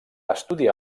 estudiar